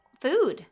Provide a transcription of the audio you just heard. Food